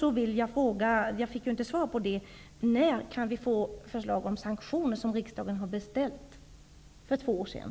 Jag fick inget svar på min fråga, så jag upprepar den: När kan vi få det förslag om sanktioner som riksdagen har beställt för två år sedan?